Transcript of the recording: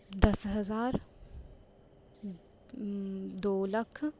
ਦਸ ਹਜ਼ਾਰ ਦੋ ਲੱਖ